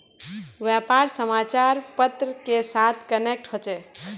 व्यापार समाचार पत्र के साथ कनेक्ट होचे?